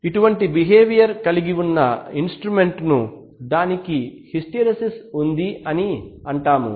ఇటువంటి బిహేవియర్ కలిగి ఉన్న ఇన్స్ట్రుమెంట్ ను దానికి హిస్టీరిసిస్ ఉంది అంటాము